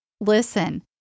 Listen